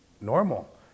normal